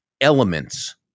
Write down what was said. elements